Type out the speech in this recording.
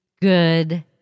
good